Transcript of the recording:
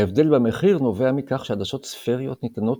ההבדל במחיר נובע מכך שעדשות ספריות ניתנות